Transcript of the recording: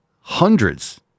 hundreds